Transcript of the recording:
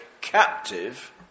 captive